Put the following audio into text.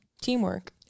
teamwork